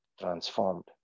Transformed